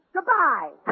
Goodbye